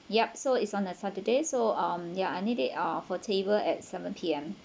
yup so is on the saturday so um ya I need it for table on seven P_M